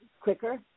quicker